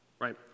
right